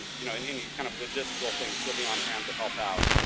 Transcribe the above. you know, any kind of logistical thing, she'll be on hand to help out.